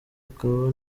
akaba